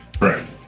Right